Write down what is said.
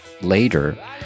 later